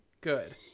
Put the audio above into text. Good